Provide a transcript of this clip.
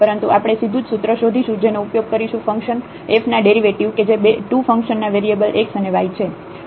પરંતુ આપણે સીધુજ સૂત્ર શોધીશું જેનો ઉપયોગ કરીશું ફંક્શન f ના ડેરિવેટિવ કે જે 2 ફંક્શન ના વેરિયેબલ x અને y છે